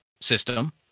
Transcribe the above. system